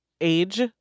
age